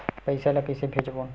पईसा ला कइसे भेजबोन?